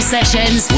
Sessions